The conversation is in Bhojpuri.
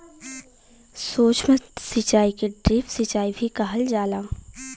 सूक्ष्म सिचाई के ड्रिप सिचाई भी कहल जाला